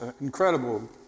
incredible